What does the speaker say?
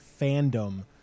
fandom